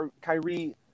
Kyrie